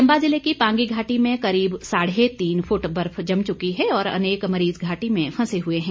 चंबा ज़िले की पांगी घाटी में करीब साढ़े तीन फूट बर्फ जम चुकी है और अनेक मरीज घाटी में फंसे हुए हैं